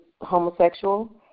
homosexual